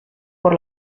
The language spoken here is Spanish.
por